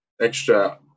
Extra